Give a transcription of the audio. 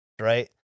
right